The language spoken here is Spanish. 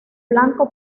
blanco